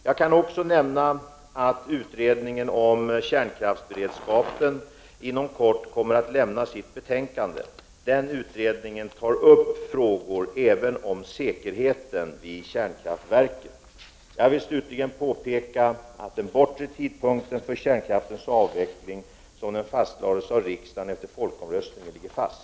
Jag kan också nämna att utredningen om kärnkraftsberedskapen inom kort kommer att lämna sitt betänkande. Den utredningen tar upp frågor även om säkerheten vid kärnkraftverken. Jag vill slutligen påpeka att den bortre tidpunkten för kärnkraftens avveckling, som den fastlades av riksdagen efter folkomröstningen, ligger fast.